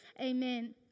Amen